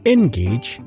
Engage